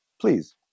please